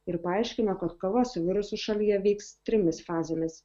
ir paaiškino kad kova su virusu šalyje vyks trimis fazėmis